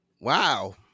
Wow